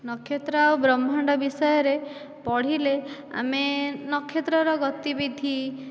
ନକ୍ଷତ୍ର ଆଉ ବ୍ରହ୍ମାଣ୍ଡ ବିଷୟରେ ପଢ଼ିଲେ ଆମେ ନକ୍ଷତ୍ରର ଗତିବିଧି